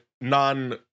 non